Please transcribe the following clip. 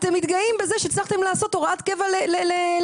אתם מתגאים בזה שהצלחתם לעשות הוראת קבע לשנה.